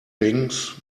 thinks